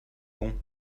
bon